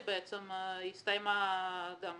בעצם גם היא הסתיימה.